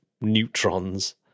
neutrons